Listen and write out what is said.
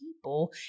people